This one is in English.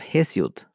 Hesiod